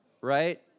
right